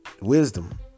wisdom